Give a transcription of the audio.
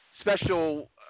special